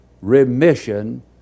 remission